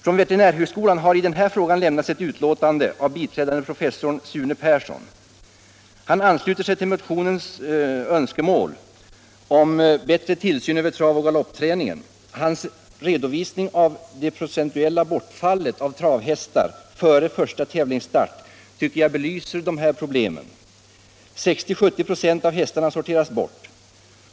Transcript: Från veterinärhögskolan har i den här frågan lämnats ett utlåtande av biträdande professorn Sune Persson. Han ansluter sig till motionens önskemål om bättre tillsyn över travoch galoppträningen. Hans redovisning av det procentuella bortfallet av travhästar före första tävlingsstart tycker jag belyser de här problemen. 60-70 96 av hästarna sorteras bort.